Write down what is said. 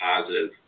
positive